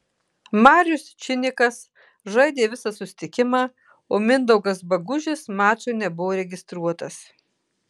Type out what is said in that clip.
marius činikas žaidė visą susitikimą o mindaugas bagužis mačui nebuvo registruotas